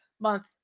month